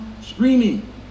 screaming